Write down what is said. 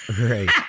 Right